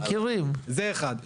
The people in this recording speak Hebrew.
זה אחד.